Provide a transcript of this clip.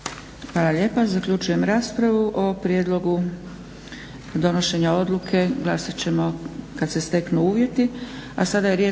vam lijepa. Zaključujem raspravu. O prijedlogu donošenja odluke glasat ćemo kada se steknu uvjeti.